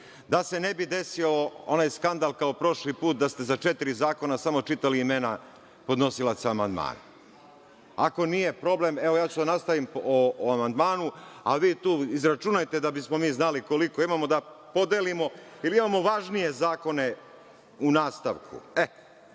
da se ne bi desio onaj skandal kao prošli put, da ste za četiri zakona samo čitali imena podnosilaca amandmana. Ako nije problem, evo ja ću da nastavim po amandmanu, a vi tu izračunajte da bismo mi znali koliko imamo da podelimo, jer imamo važnije zakona u nastavku.U